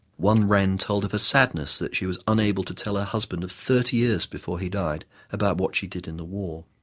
one wren told of her sadness that she was unable to tell her husband of thirty years before he died about what she did in the war.